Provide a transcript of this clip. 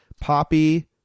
poppy